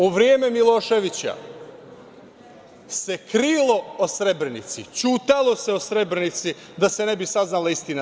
U vreme Miloševića se krilo o Srebrenici, ćutalo se o Srebrenici da se ne bi saznala istina.